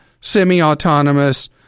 semi-autonomous